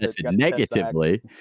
negatively